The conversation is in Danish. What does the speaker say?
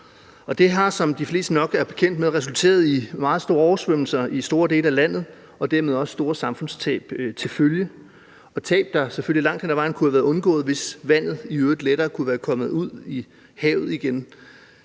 Det har, som de fleste nok er bekendt med, resulteret i meget store oversvømmelser i store dele af landet med store samfundstab til følge – tab, der selvfølgelig langt hen ad vejen kunne have været undgået, hvis vandet lettere kunne være kommet ud i havet igen.